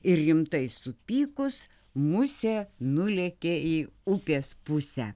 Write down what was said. ir rimtai supykus musė nulėkė į upės pusę